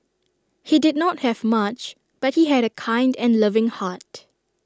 he did not have much but he had A kind and loving heart